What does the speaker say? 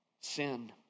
sin